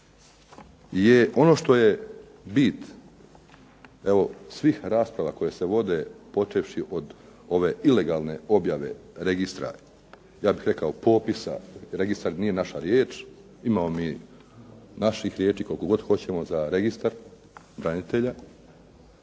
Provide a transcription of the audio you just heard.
je ono što je bit evo svih rasprava koje se vode, počevši od ove ilegalne objave registra, ja bih rekao popisa, registar nije naša riječ, imamo mi naših riječi koliko god hoćemo za Registar branitelja,